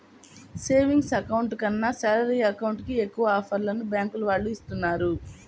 savings account కన్నా salary account కి ఎక్కువ ఆఫర్లను బ్యాంకుల వాళ్ళు ఇస్తున్నారు